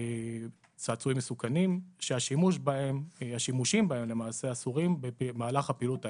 צעצועים מסוכנים שהשימושים בהם למעשה אסורים במהלך פעילות העסק,